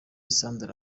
sandra